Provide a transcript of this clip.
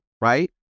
Right